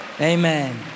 Amen